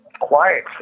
quiet